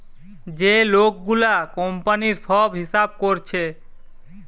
যে লোক গুলা কোম্পানির সব হিসাব কোরছে